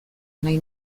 nahi